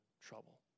trouble